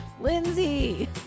Lindsay